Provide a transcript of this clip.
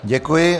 Děkuji.